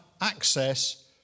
access